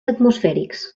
atmosfèrics